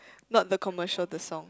not the commercial the song